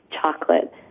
chocolate